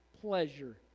pleasure